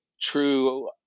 true